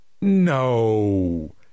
No